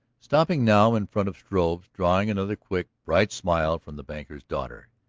stopping now in front of struve's, drawing another quick, bright smile from the banker's daughter,